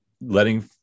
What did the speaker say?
letting